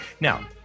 Now